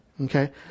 Okay